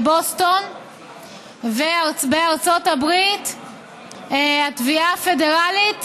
בבוסטון בארצות הברית התביעה הפדרלית